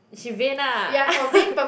she vain ah